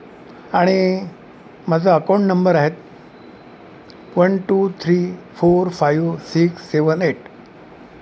आणि माझा account number आहेत one two three four five six seven eight